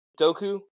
Doku